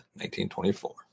1924